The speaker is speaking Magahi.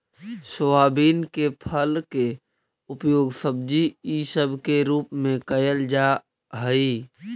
सोयाबीन के फल के उपयोग सब्जी इसब के रूप में कयल जा हई